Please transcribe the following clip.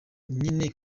nyine